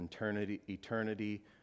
eternity